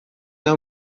hau